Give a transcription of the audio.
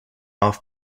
off